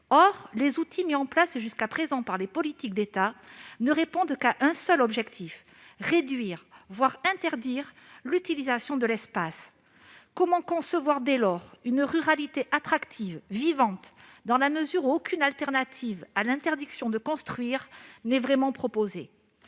Or les outils mis en place jusqu'à présent par les politiques de l'État ne répondent qu'à un seul objectif : réduire, voire interdire l'utilisation de l'espace. Comment concevoir dès lors une ruralité attractive, vivante, dans la mesure où aucune solution autre que l'interdiction de construire n'est vraiment proposée ?